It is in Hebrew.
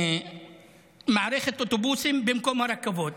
מערכת אוטובוסים במקום רכבות.